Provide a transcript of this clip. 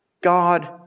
God